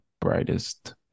brightest